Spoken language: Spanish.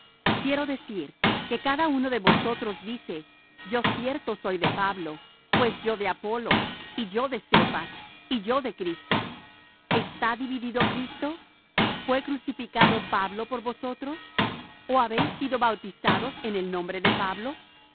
quiero decir que cada uno de vosotros dice yo cierto soy de pablo pues yo de apolos y yo de cefas y yo de cristo está dividido cristo fué crucificado pablo por vosotros ó habéis sido bautizados en el nombre de pablo